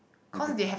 the group